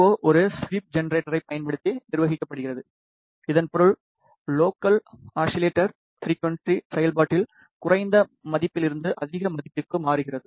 ஓ ஒரு ஸ்வீப் ஜெனரேட்டரைப் பயன்படுத்தி நிர்வகிக்கப்படுகிறது இதன் பொருள் லோக்கல் ஆஸிலேட்டர் ஃபிரிக்குவன்ஸி செயல்பாட்டில் குறைந்த மதிப்பிலிருந்து அதிக மதிப்புக்கு மாறுகிறது